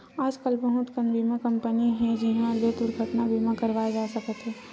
आजकल बहुत कन बीमा कंपनी हे जिंहा ले दुरघटना बीमा करवाए जा सकत हे